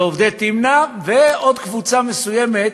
ועובדי תמנע, ועוד קבוצה מסוימת,